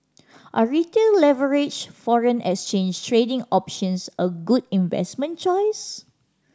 are Retail leveraged foreign exchange trading options a good investment choice